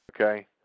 okay